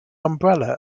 umbrella